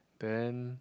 then